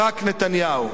ברק-נתניהו,